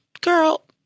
girl